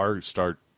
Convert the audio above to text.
start